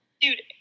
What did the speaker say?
Dude